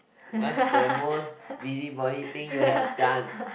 what's the most busybody thing you have done